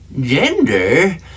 Gender